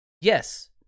Yes